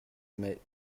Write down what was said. mais